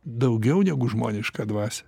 daugiau negu žmonišką dvasią